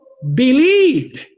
believed